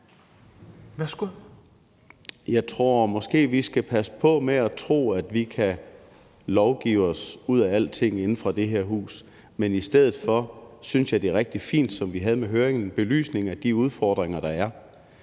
(S): Jeg tror måske, at vi skal passe på med at tro, at vi kan lovgive os ud af alting i det her hus. I stedet for synes jeg, at det er rigtig fint, som vi fik det med høringen, at få en belysning af de udfordringer, der er.